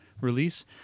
release